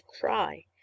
cry